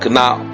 now